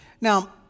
Now